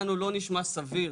לנו לא נשמע סביר